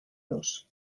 los